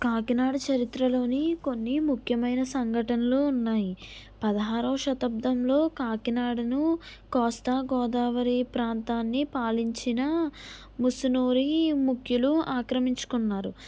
కాకినాడ చరిత్రలోని కొన్ని ముఖ్యమైన సంఘటనలు ఉన్నాయి పదహారవ శతాబ్దంలో కాకినాడను కోస్తా గోదావరి ప్రాంతాన్ని పాలించిన ముసునూరి ముఖ్యులు ఆక్రమించుకున్నారు